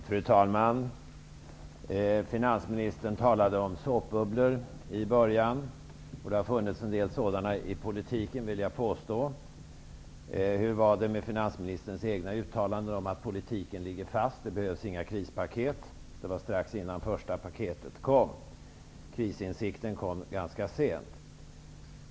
Fru talman! Finansministern talade i början om såpbubblor, och det har funnits en del sådana i politiken, vill jag påstå. Hur var det med finansministens egna uttalanden om att politiken ligger fast och det behövs inga krispaket? Det var strax innan första paketet kom. Krisinsikten kom ganska sent.